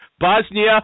Bosnia